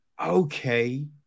okay